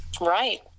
right